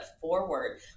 forward